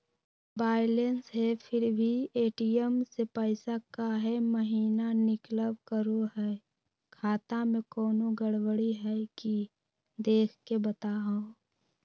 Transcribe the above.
Balance है फिर भी भी ए.टी.एम से पैसा काहे महिना निकलब करो है, खाता में कोनो गड़बड़ी है की देख के बताहों?